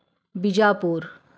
Vijapur